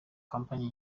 kompanyi